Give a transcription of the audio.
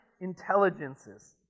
intelligences